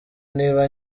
niba